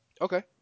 okay